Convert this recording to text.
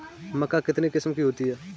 मक्का कितने किस्म की होती है?